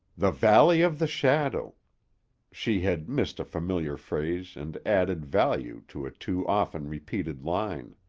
the valley of the shadow she had missed a familiar phrase and added value to a too often repeated line.